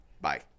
Bye